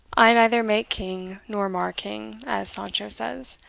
i neither make king nor mar king, as sancho says,